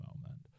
moment